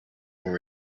were